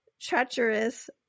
treacherous